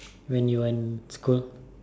when you're in school